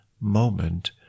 moment